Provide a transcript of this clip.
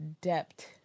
depth